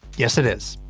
yes, it is.